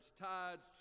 Tides